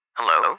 Hello